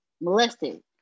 molested